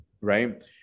right